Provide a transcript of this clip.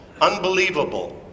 unbelievable